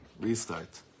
restart